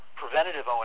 preventative